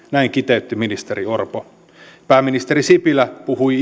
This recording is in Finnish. näin kiteytti ministeri orpo pääministeri sipilä puhui